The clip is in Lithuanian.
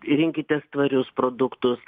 rinkitės tvarius produktus